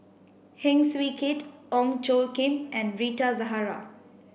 Heng Swee Keat Ong Tjoe Kim and Rita Zahara